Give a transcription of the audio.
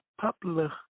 Popular